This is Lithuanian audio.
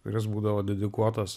ir jis būdavo dedikuotas